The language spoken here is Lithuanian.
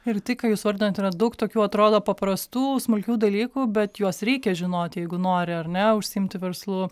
ir tai ką jūs vardinat yra daug tokių atrodo paprastų smulkių dalykų bet juos reikia žinot jeigu nori ar ne užsiimti verslu